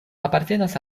apartenas